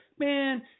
Man